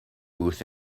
booth